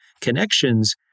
connections